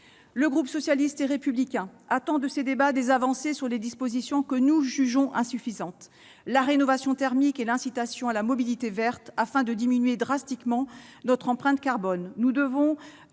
Le groupe socialiste et républicain attend de ces débats des avancées sur les dispositions que nous jugeons insuffisantes : la rénovation thermique et l'incitation à la mobilité verte, afin de diminuer drastiquement notre empreinte carbone. Nous devons